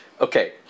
okay